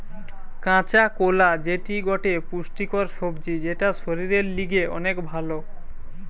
কাঁচা কোলা যেটি গটে পুষ্টিকর সবজি যেটা শরীরের লিগে অনেক ভাল